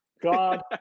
god